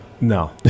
no